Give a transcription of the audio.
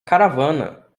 caravana